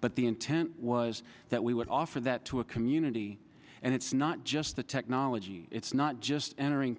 but the intent was that we would offer that to a community and it's not just the technology it's not just entering